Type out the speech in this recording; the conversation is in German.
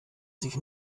sich